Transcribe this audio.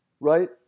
right